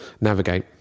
navigate